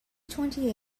twenty